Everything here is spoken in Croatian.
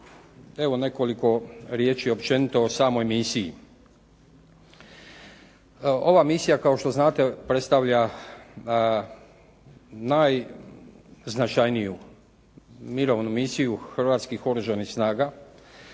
evo nekoliko riječi općenito o samoj misiji. Ova misija kao što znate predstavlja najznačajniju mirovnu misiju hrvatskih oružanih snaga